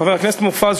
חבר הכנסת מופז,